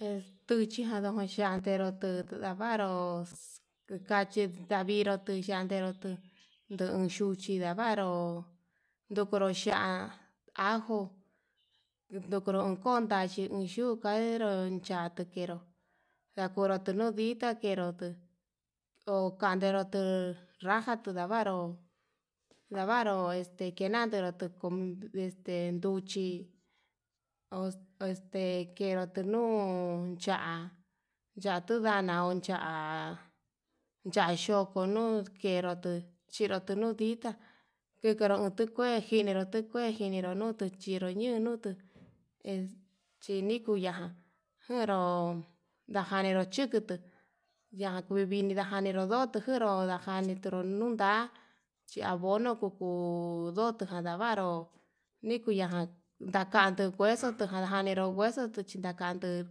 Extuchijan yandero tutu ndavaru kachi ndaviru tuyantenró nduu nduu yuchi ndavaro, ndukuru ya'a ajo ndukuru kontaxhi uyuu kainró uncha kenró nagturu no'o o dita ke, kenro tuu unkantero tuu raja tuu ndava, kenanturu tu este nruchi ho este kenro tenuu cha'a chatudanau cha'a chachoko nuu kenrotu, chinoru no'o dita kikanro tuu kué njinero tuu kue njinero nuchi ñu'u nutu chini kuya'a njuero najanero chikutu, ya'a vivini najaniro ndo'o tujunru nachitunru nunda'a chi abono kuku ndotana vanruu nikuyajan ndakande kuexo tuu nakaniro kuexo tu chi nakanduu,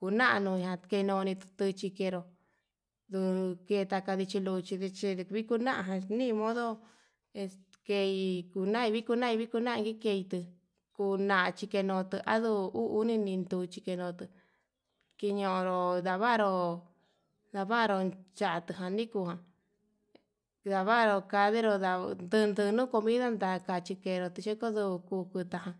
kunano na'a kenoni nduchi kenró ndutaka tuu kechiluchi nikunajan nimodo exkei kunai vikonai kunai nikeitu, kuna'a chikenutu anduu uu uni nintuchi kenoto kiñonró ndavru ndavaru cha'a tuján nikuan, ndavaru kandero ndauu ndundunu comida nda'a kachi kenro ndachi ndukuu nduu kuu kuta.